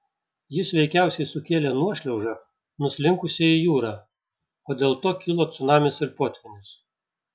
jis veikiausiai sukėlė nuošliaužą nuslinkusią į jūrą o dėl to kilo cunamis ir potvynis